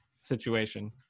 situation